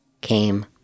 came